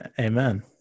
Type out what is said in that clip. amen